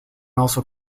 also